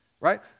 Right